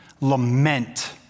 lament